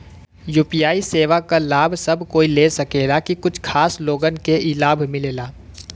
UPI सेवा क लाभ सब कोई ले सकेला की कुछ खास लोगन के ई लाभ मिलेला?